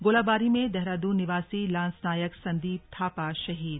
गोलाबारी में देहरादून निवासी लांस नायक संदीप थापा शहीद